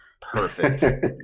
perfect